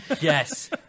Yes